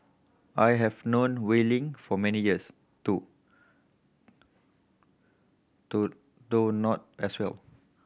I have known Wei Ling for many years too though not as well